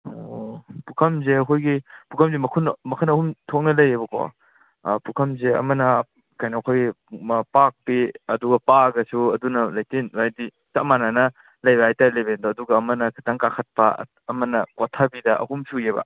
ꯑꯣ ꯄꯨꯈꯝꯁꯦ ꯑꯩꯈꯣꯏꯒꯤ ꯄꯨꯈꯝꯁꯦ ꯃꯈꯟ ꯑꯍꯨꯝ ꯊꯣꯛꯅ ꯂꯩꯌꯦꯕꯀꯣ ꯄꯨꯈꯝꯁꯦ ꯑꯃꯅ ꯀꯩꯅꯣ ꯑꯩꯈꯣꯏꯒꯤ ꯃꯄꯥꯛꯀꯤ ꯑꯗꯨꯒ ꯄꯥꯛꯑꯒꯁꯨ ꯑꯗꯨꯅ ꯂꯩꯇꯦꯝ ꯍꯥꯏꯗꯤ ꯆꯞ ꯃꯥꯟꯅꯅ ꯂꯩꯕ ꯍꯥꯏꯇꯥꯔꯦ ꯂꯦꯚꯦꯜꯗꯣ ꯑꯗꯨꯒ ꯑꯃꯅ ꯈꯤꯇꯪ ꯀꯥꯈꯠꯄ ꯑꯃꯅ ꯀꯣꯊꯕꯤꯗ ꯑꯍꯨꯝ ꯁꯨꯏꯑꯕ